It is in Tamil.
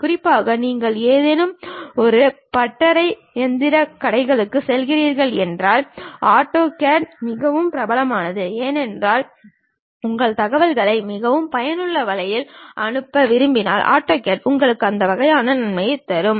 குறிப்பாக நீங்கள் ஏதேனும் ஒரு பட்டறை இயந்திரக் கடைகளுக்குச் செல்கிறீர்கள் என்றால் ஆட்டோகேட் மிகவும் பிரபலமானது ஏனென்றால் உங்கள் தகவல்களை மிகவும் பயனுள்ள வழியில் அனுப்ப விரும்பினால் ஆட்டோகேட் உங்களுக்கு அந்த வகையான நன்மைகளைத் தருகிறது